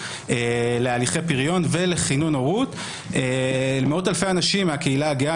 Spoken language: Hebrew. להליכי פריון ולכינון הורות למאות-אלפי אנשים מהקהילה הגאה,